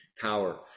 power